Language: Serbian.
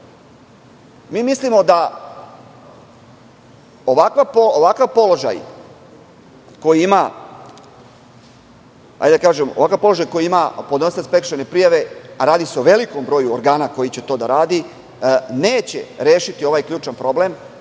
Mislimo da ovakav položaj koji ima podnosilac prekršajne prijave, radi se o velikom broju organa koji će to da radi, neće rešiti ovaj ključni problem,